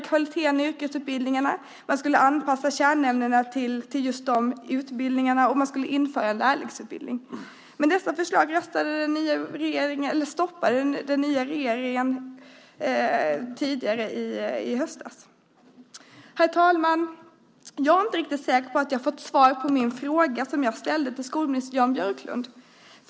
Kvaliteten i yrkesutbildningarna skulle förstärkas, kärnämnena skulle anpassas till de utbildningarna och en lärlingsutbildning skulle införas. Men dessa förslag stoppade den nya regeringen tidigare i höstas. Herr talman! Jag är inte riktigt säker på att jag har fått svar på min fråga som jag ställde till skolminister Jan Björklund.